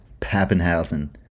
Pappenhausen